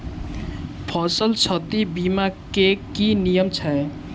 फसल क्षति बीमा केँ की नियम छै?